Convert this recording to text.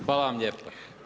Hvala vam lijepa.